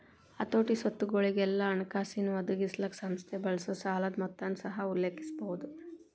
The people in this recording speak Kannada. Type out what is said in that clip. ಹತೋಟಿ, ಸ್ವತ್ತುಗೊಳಿಗೆಲ್ಲಾ ಹಣಕಾಸಿನ್ ಒದಗಿಸಲಿಕ್ಕೆ ಸಂಸ್ಥೆ ಬಳಸೊ ಸಾಲದ್ ಮೊತ್ತನ ಸಹ ಉಲ್ಲೇಖಿಸಬಹುದು